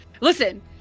listen